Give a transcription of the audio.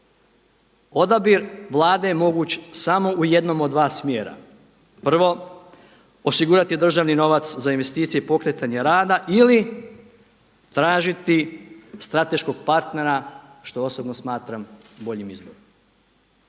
Odabir Vlade je moguć samo u jednom od dva smjera. Prvo, osigurati državni novac za investicije i pokretanje rada ili tražiti strateškog partnera što osobno smatram boljim izborom.